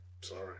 Sorry